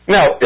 Now